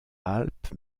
alpes